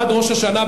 עד ראש השנה,